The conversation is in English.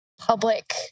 public